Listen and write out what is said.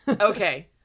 Okay